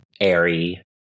airy